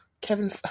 Kevin